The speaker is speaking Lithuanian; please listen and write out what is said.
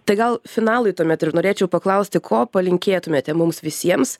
tai gal finalui tuomet ir norėčiau paklausti ko palinkėtumėte mums visiems